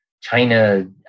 China